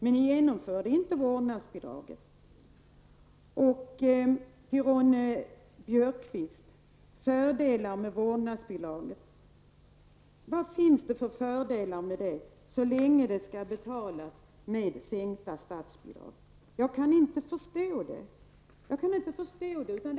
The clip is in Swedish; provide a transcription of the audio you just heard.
Men ni genomförde inte vårdnadsbidraget. Ingrid Ronne-Björkqvist vill jag fråga vad det finns för fördelar med vårdnadsbidraget så länge det skall betalas med sänkta statsbidrag. Jag kan inte förstå att det i så fall blir några fördelar.